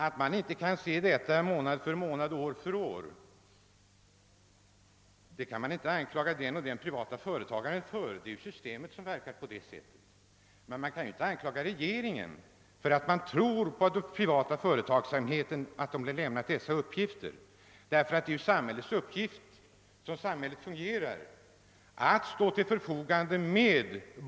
Det går inte att anklaga någon viss privat företagare för att utvecklingen inte kan anges månad för månad och år för år. Systemet verkar på det sättet, men regeringen kan anklagas för att den helt tror på de uppgifter som lämnas av den privata företagsamheten. Som samhället fungerar är det dettas uppgift att se till att det finns bostäder, och det har man gjort i Mellansel, Olofström och en hel rad andra orter.